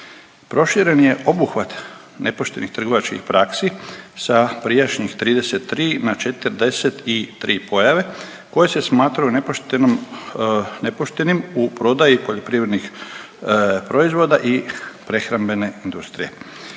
Proširen je obuhvat nepoštenih trgovačkih praksi sa prijašnjih 33 na 43 pojave koje se smatraju nepoštenom, nepoštenim u prodaji poljoprivrednih proizvoda i prehrambene industrije.